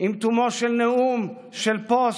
עם תומו של נאום, של פוסט,